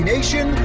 Nation